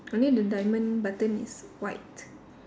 only the diamond button is white